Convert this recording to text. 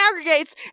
aggregates